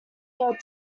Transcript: your